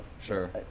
sure